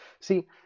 See